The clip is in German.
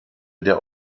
der